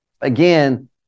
again